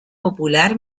popular